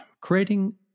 creating